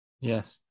Yes